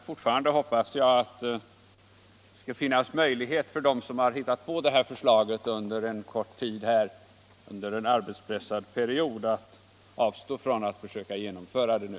Fortfarande hoppas jag att det skall finnas möjlighet för dem som har hittat på förslaget under en kort arbetspressad period här att avstå från att försöka genomföra det nu.